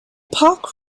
park